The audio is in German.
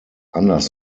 anders